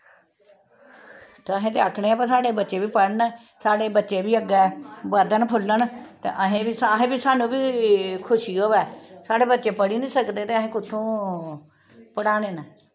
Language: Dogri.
ते अहें ते आखने आं भाई साढ़े बच्चे बी पढ़न साढ़े बच्चे बी अग्गें बधन फुल्लन ते अहें अहें बी सानू बी खुशी होऐ साढ़े बच्चे पढ़ी नी सकदे ते अहें कुत्थूं पढ़ाने न